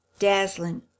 dazzling